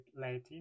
Latin